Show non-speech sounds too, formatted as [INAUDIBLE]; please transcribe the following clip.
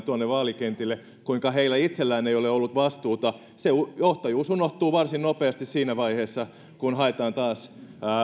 [UNINTELLIGIBLE] tuonne vaalikentille kuinka heillä itsellään ei ole ollut vastuuta se johtajuus unohtuu varsin nopeasti siinä vaiheessa kun haetaan taas